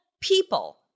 people